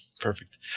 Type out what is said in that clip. perfect